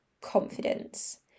confidence